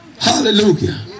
Hallelujah